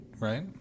right